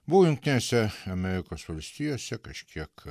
buvau jungtinėse amerikos valstijose kažkiek